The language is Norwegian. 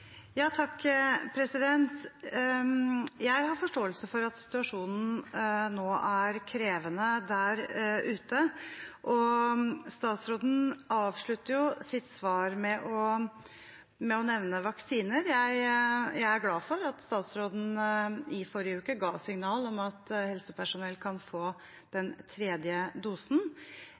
Jeg har forståelse for at situasjonen nå er krevende der ute. Statsråden avslutter sitt svar med å nevne vaksiner. Jeg er glad for at statsråden i forrige uke ga signal om at helsepersonell kan få den tredje dosen,